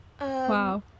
Wow